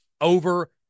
over